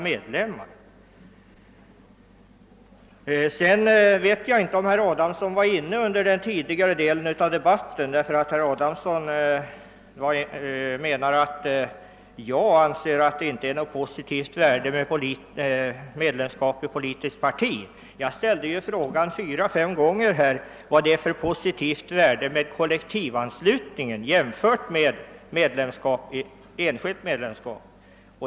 Jag vet inte om herr Adamsson var närvarande under den tidigare delen av debatten, eftersom han påstår att jag anser att medlemskap i ett politiskt parti inte har något positivt värde. Fyra eller fem gånger har jag nämligen ställt frågan: Vad är det för positivt värde med kollektivanslutning i jämförelse med enskilt medlemskap?